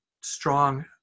strong